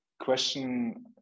question